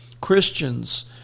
Christians